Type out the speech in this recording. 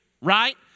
right